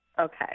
Okay